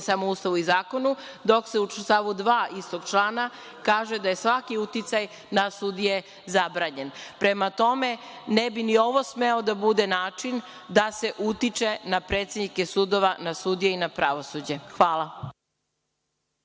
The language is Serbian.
samo Ustavu i zakonu, dok se u stavu 2. istog člana kaže da je svaki uticaj na sudije zabranjen. Prema tome, ne bi ni ovo smeo da bude način da se utiče na predsednike sudova, na sudije i na pravosuđe. Hvala.